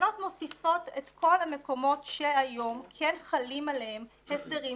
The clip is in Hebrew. התקנות מוסיפות את כל המקומות שהיום כן חלים עליהם הסדרים